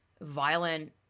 violent